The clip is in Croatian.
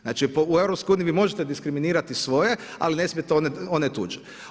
Znači u EU vi možete diskriminirati svoje, ali ne smijete one tuđe.